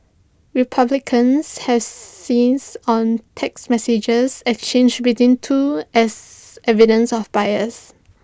republicans have seized on text messages exchanged between two as evidence of bias